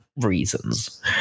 reasons